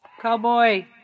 cowboy